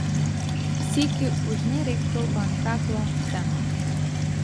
sykį užnėrei kilpą ant kaklo tempk